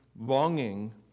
longing